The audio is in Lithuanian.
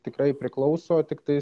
tikrai priklauso tiktai